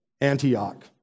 Antioch